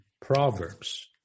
Proverbs